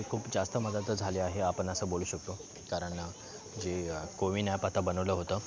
म्हणजे खूप जास्त मदत झाले आहे आपण असं बोलू शकतो कारण जे कोविन ॲप आता बनवलं होतं